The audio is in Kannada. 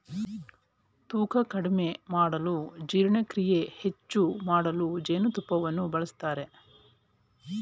ತೂಕ ಕಡಿಮೆ ಮಾಡಲು ಜೀರ್ಣಕ್ರಿಯೆ ಹೆಚ್ಚು ಮಾಡಲು ಜೇನುತುಪ್ಪವನ್ನು ಬಳಸ್ತರೆ